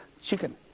chicken